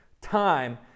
time